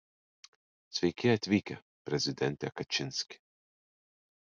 sveiki atvykę prezidente kačinski